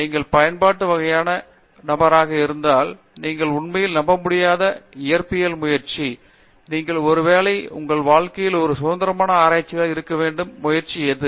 நீங்கள் பயன்பாட்டு வகையான நபராக இருந்தால் நீங்கள் உண்மையில் நம்பமுடியாத இயற்பியல் முயற்சி நீங்கள் ஒருவேளை உங்கள் வாழ்க்கையில் ஒரு சுதந்திரமான ஆராய்ச்சியாளர் இருக்க வேண்டும் முயற்சி எது